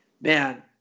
Man